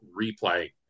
replay